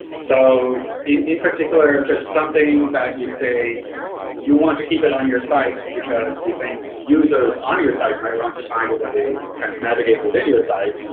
so in particular, if it's something that you say you want to keep it on your site because you think users on your site might want to find it when they kind of navigate within your site,